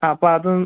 അ അപ്പം അതും